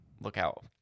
Lookout